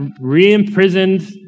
re-imprisoned